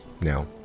now